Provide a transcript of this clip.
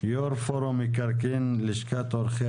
יו"ר פורום מקרקעין, לשכת עורכי